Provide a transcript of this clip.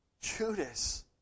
Judas